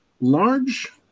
large